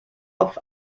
auf